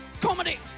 comedy